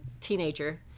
teenager